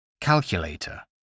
calculator